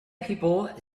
people